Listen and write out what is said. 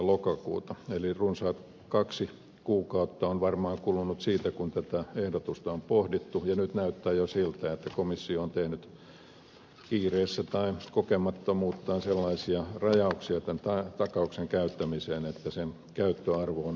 lokakuuta eli runsaat kaksi kuukautta on varmaan kulunut siitä kun tätä ehdotusta on pohdittu ja nyt näyttää jo siltä että komissio on tehnyt kiireessä tai kokemattomuuttaan sellaisia rajauksia takauksen käyttämiseen että sen käyttöarvo on vähäinen